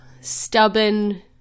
stubborn